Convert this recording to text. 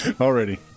already